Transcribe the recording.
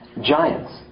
Giants